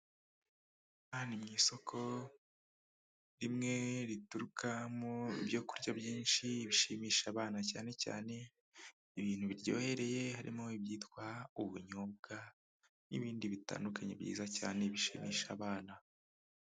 Aha ni mu isoko rimwe riturukamo ibyo kurya byinshi bishimisha abana cyane cyane ibintu biryohereye, harimo ibyitwa ubunyobwa n'ibindi bitandukanye byiza cyane bishimisha abana.